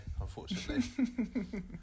unfortunately